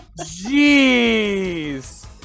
Jeez